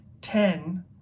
ten